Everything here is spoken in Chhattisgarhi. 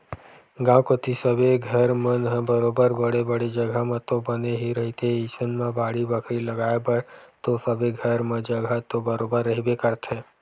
गाँव कोती सबे घर मन ह बरोबर बड़े बड़े जघा म तो बने ही रहिथे अइसन म बाड़ी बखरी लगाय बर तो सबे घर म जघा तो बरोबर रहिबे करथे